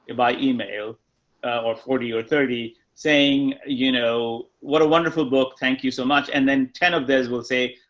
by email or forty or thirty saying, you know, what a wonderful book. thank you so much. and then ten of them will say,